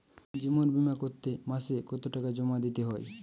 জীবন বিমা করতে মাসে কতো টাকা জমা দিতে হয়?